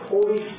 Holy